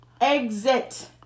Exit